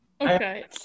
Okay